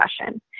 discussion